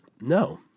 No